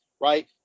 right